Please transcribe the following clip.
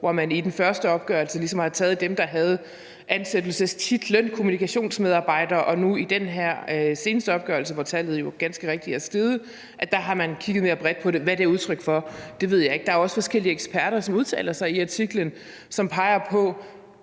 hvor man i den første opgørelse ligesom har taget dem, der havde ansættelsestitlen kommunikationsmedarbejder, og nu i den her seneste opgørelse, hvor tallet jo ganske rigtigt er steget, har kigget mere bredt på det. Hvad det er udtryk for, ved jeg ikke. Der er også forskellige eksperter, som udtaler sig i artiklen, og som peger på,